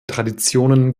traditionen